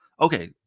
okay